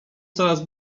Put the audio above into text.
coraz